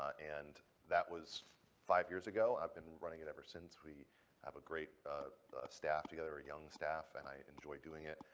and that was five years ago. i've been running it ever since. we have a great staff together, a young staff. and i enjoy doing it.